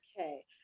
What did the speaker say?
Okay